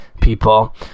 people